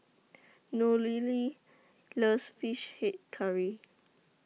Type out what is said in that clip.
Nohely loves Fish Head Curry